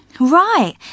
Right